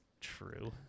true